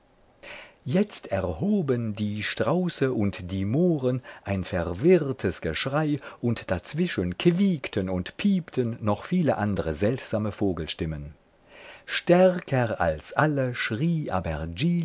jetzt erhoben die strauße und die mohren ein verwirrtes geschrei und dazwischen quiekten und piepten noch viele andre seltsame vogelstimmen stärker als alle schrie